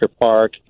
Park